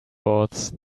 boards